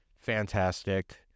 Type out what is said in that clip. fantastic